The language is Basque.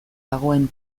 dagoen